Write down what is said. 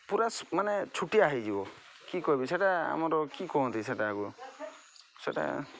ପୁରା ମାନେ ଛୋଟିଆ ହୋଇଯିବ କି କହିବି ସେଇଟା ଆମର କି କହନ୍ତି ସେଇଟାକୁ ସେଇଟା